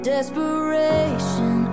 desperation